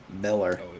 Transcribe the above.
Miller